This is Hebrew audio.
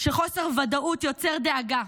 שחוסר ודאות יוצר דאגה,